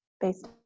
based